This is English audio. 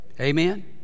Amen